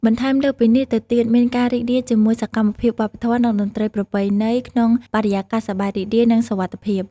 បន្ថែមលើសពីនេះទៅទៀតមានការរីករាយជាមួយសកម្មភាពវប្បធម៌ និងតន្ត្រីប្រពៃណីក្នុងបរិយាកាសសប្បាយរីករាយ និងសុវត្ថិភាព។